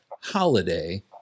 holiday